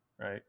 Right